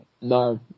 No